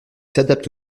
s’adaptent